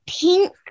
pink